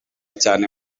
cyane